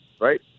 right